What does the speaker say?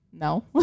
No